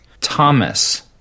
Thomas